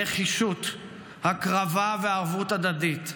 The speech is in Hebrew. נחישות, הקרבה וערבות הדדית,